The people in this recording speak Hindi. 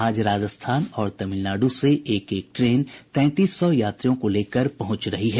आज राजस्थान और तमिलनाडु से एक एक ट्रेन तैंतीस सौ यात्रियों को लेकर पहुंच रही है